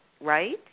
right